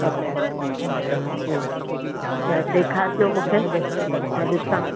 अच्छा हूं ॾेखारिजो मूंखे मां ॾिसां